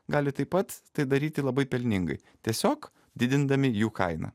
gali taip pat tai daryti labai pelningai tiesiog didindami jų kainą